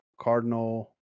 Cardinal